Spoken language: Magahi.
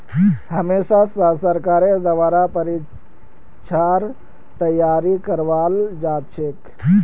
हमेशा स सरकारेर द्वारा परीक्षार तैयारी करवाल जाछेक